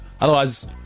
Otherwise